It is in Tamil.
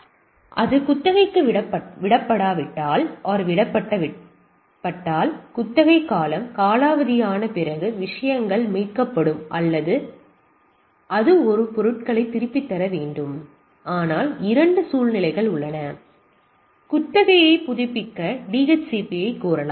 இப்போது அது குத்தகைக்கு விடப்பட்டால் குத்தகை காலம் காலாவதியான பிறகு விஷயங்கள் மீட்கப்படும் அல்லது அது பொருட்களை திருப்பித் தர வேண்டும் ஆனால் 2 சூழ்நிலைகள் உள்ளன குத்தகையை புதுப்பிக்க DHCP கோரலாம்